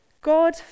God